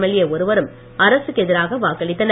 எல்ஏ ஒருவரும் அரசுக்கு எதிராக வாக்களித்தனர்